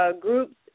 groups